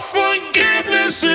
forgiveness